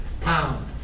pound